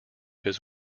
his